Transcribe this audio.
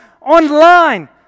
online